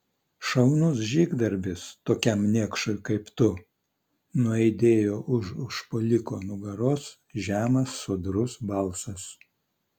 šaunus žygdarbis tokiam niekšui kaip tu nuaidėjo už užpuoliko nugaros žemas sodrus balsas